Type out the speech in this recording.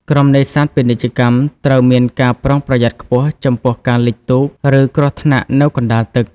ក្រុមនេសាទពាណិជ្ជកម្មត្រូវមានការប្រុងប្រយ័ត្នខ្ពស់ចំពោះ ការលិចទូក ឬគ្រោះថ្នាក់នៅកណ្តាលទឹក។